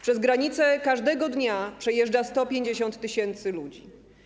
Przez granicę każdego dnia przejeżdża 150 tys. ludzi.